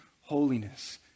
holiness